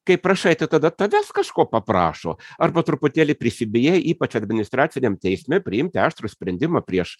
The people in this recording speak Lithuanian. kai prašai tai tada tavęs kažko paprašo arba truputėlį prisibijai ypač administraciniam teisme priimti aštrų sprendimą prieš